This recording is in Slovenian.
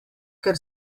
ker